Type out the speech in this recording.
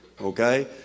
okay